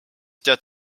tead